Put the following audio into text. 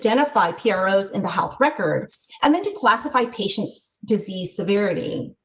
identify heroes in the health record and then to classify patient's disease severity.